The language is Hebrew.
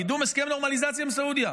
קידום הסכם נורמליזציה עם סעודיה.